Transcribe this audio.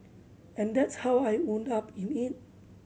and that's how I wound up in it